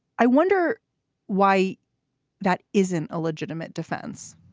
i wonder why that isn't a legitimate defense